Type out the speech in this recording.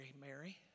Mary